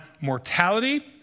mortality